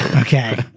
Okay